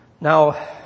Now